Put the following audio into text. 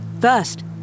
First